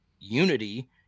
unity